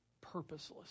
Purposeless